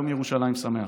יום ירושלים שמח.